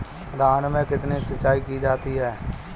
धान में कितनी सिंचाई की जाती है?